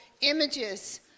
images